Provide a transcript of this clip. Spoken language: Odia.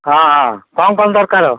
ହଁ ହଁ କ'ଣ କ'ଣ ଦରକାର